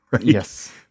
Yes